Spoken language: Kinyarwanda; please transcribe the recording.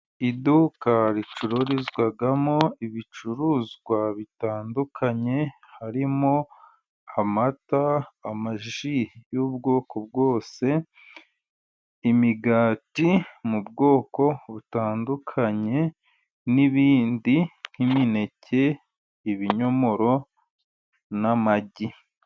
Iduka ricururizwamo ibicuruzwa bitandukanye harimo amata, amaji yubwoko bwose, imigati mu bwoko butandukanye n'ibindi nk'imineke ibinyomoro n'amagi.